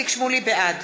בעד